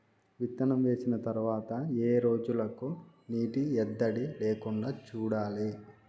విత్తనం వేసిన తర్వాత ఏ రోజులకు నీటి ఎద్దడి లేకుండా చూడాలి?